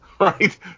right